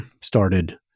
started